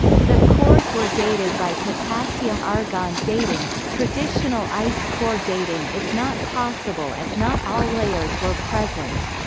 the cores were dated by potassium-argon dating traditional ice core dating is not possible as not all layers were present.